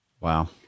Wow